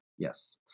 yes